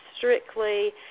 strictly